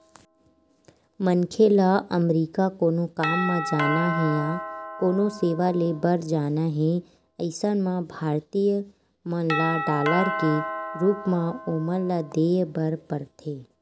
मनखे ल अमरीका कोनो काम म जाना हे या कोनो सेवा ले बर जाना हे अइसन म भारतीय मन ल डॉलर के रुप म ओमन ल देय बर परथे